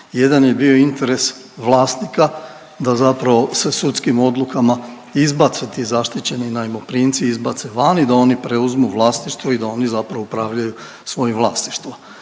Jedan je bio interes vlasnika da se sudskim odlukama izbace ti zaštićeni najmoprimci izbace van i da oni preuzmu vlasništvo i da oni upravljaju svojim vlasništvom.